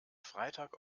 freitag